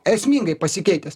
esmingai pasikeitęs